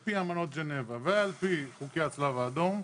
על פי אמנות ג'נבה ועל פי חוקי הצלב האדום,